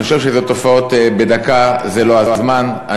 אני חושב שאלו תופעות בדקה זה לא הזמן.